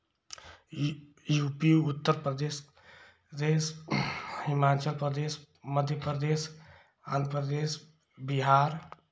you U P Uttar Pradesh देश हिमाचल प्रदेश मध्य प्रदेश आंध्र प्रदेश बिहार